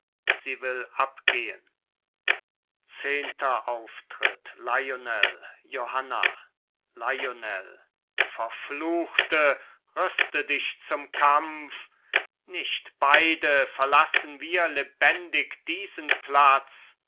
sie will abgehen zehnter auftritt lionel johanna lionel verfluchte rüste dich zum kampf nicht beide verlassen wir lebendig diesen platz